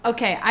Okay